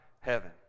heaven